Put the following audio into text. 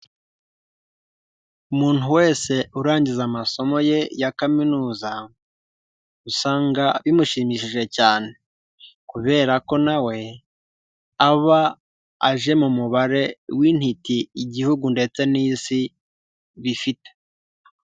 Umuntu wese urangiza amasomo ye ya kaminuza usanga bimushimishije cyane kubera ko na we aba aje mu mubare w'intiti igihugu ndetse n'isi bifite.